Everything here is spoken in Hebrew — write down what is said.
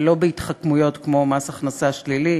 ולא בהתחכמויות כמו מס הכנסה שלילי.